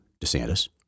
DeSantis